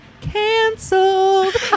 canceled